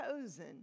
chosen